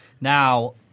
Now